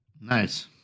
Nice